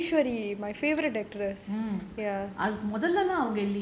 mm mm